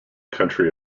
country